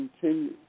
continue